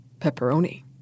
Pepperoni